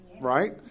Right